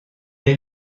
est